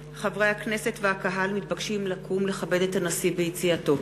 חברי הכנסת והקהל מתבקשים לקום ולכבד את הנשיא ביציאתו.